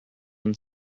when